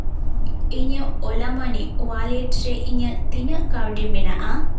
ᱤᱧᱟᱹᱜ ᱚᱞᱟ money wallet ᱨᱮ ᱤᱧᱟᱹᱜ ᱛᱤᱱᱟ ᱜ ᱠᱟᱹᱣᱰᱤ ᱢᱮᱱᱟᱜᱼᱟ